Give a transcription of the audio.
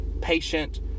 patient